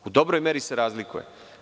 U dobroj meri se razlikuje.